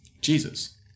Jesus